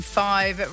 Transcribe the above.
five